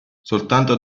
soltanto